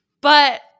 But-